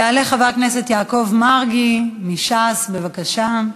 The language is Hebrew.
יעלה חבר הכנסת יעקב מרגי מש"ס, בבקשה.